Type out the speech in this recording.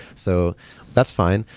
so that's fine.